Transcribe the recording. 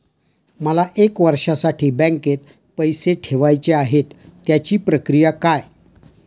मला एक वर्षासाठी बँकेत पैसे ठेवायचे आहेत त्याची प्रक्रिया काय?